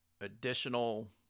additional